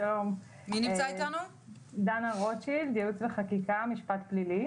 אני ממחלקת ייעוץ וחקיקה, משפט פלילי.